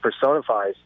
personifies